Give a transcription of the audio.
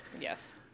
Yes